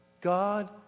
God